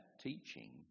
teaching